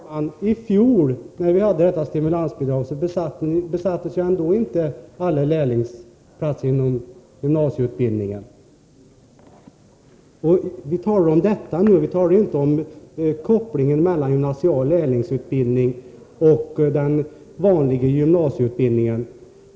Herr talman! I fjol — när vi hade detta stimulansbidrag — besattes ändå inte alla platser inom den gymnasiala lärlingsutbildningen. Vi talar nu inte om kopplingen mellan den gymnasiala lärlingsutbildningen och den vanliga gymnasieutbildningen.